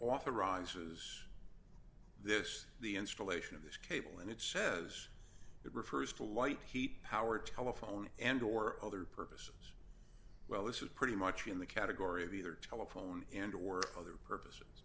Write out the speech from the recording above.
authorizes this the installation of this cable and it says it refers to light heat power telephone and or other purpose well this is pretty much in the category of either telephone and or other p